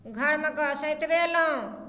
घरमे कऽ सैंतबेलहुॅं